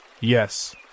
Yes